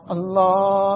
Allah